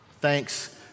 Thanks